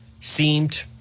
seemed